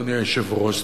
אדוני היושב-ראש.